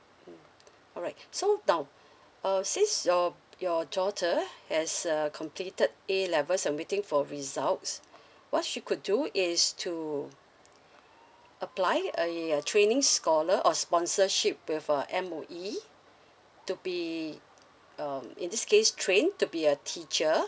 mm alright so now uh since your your daughter has uh completed A levels and waiting for results what she could do is to apply a uh training scholar or sponsorship with uh M_O_E to be um in this case trained to be a teacher